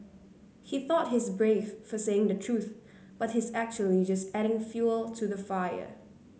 he thought he's brave for saying the truth but he's actually just adding fuel to the fire